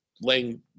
laying